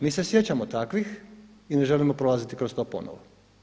Mi se sjećamo takvih i ne želimo prolaziti kroz to ponovo.